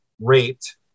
raped